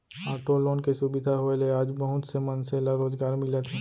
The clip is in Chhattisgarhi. आटो लोन के सुबिधा होए ले आज बहुत से मनसे ल रोजगार मिलत हे